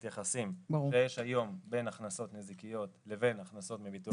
יחסים שיש היום בין הכנסות נזיקיות לבין הכנסות מביטוח לאומי.